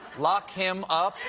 lock him up?